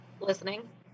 listening